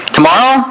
Tomorrow